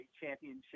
Championship